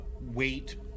weight